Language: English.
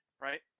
right